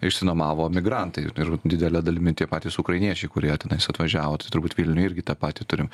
išsinuomavo migrantai ir didele dalimi tie patys ukrainiečiai kurie tenais atvažiavo tai turbūt vilniuj irgi tą patį turim